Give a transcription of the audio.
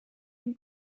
and